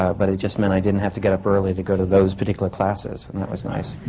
ah but it just meant i didn't have to get up early to go to those particular classes. and that was nice.